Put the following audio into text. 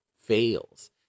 fails